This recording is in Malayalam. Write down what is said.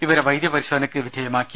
ഇവരെ വൈദ്യപരിശോധനയ്ക്ക് വിധേയമാക്കി